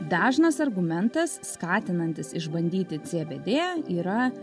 dažnas argumentas skatinantis išbandyti cbd yra